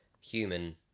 human